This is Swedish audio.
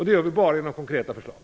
Det gör vi bara genom konkreta förslag.